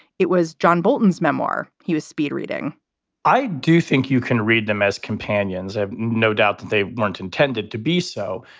it was john bolton's memoir. he was speed reading i do think you can read them as companions. i have no doubt that they weren't intended to be so.